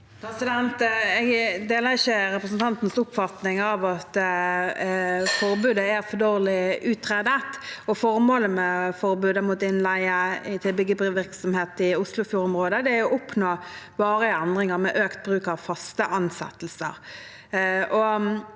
Jeg deler ikke representantens oppfatning av at forbudet er for dårlig utredet. Formålet med forbudet mot innleie til byggevirksomhet i oslofjordområdet er å oppnå varige endringer med økt bruk av faste ansettelser.